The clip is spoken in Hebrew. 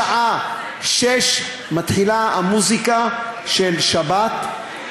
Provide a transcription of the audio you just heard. משעה 18:00 מתחילה המוזיקה של שבת,